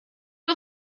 was